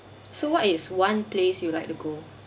so what is one place you like to go